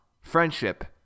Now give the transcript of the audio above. friendship